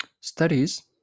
studies